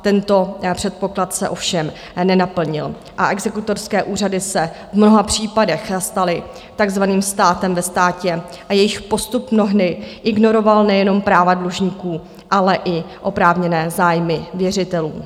Tento předpoklad se ovšem nenaplnil a exekutorské úřady se v mnoha případech staly takzvaným státem ve státě a jejich postup mnohdy ignoroval nejenom práva dlužníků, ale i oprávněné zájmy věřitelů.